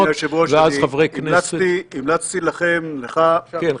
אדוני היושב-ראש, אני המלצתי לכם, לך -- כן.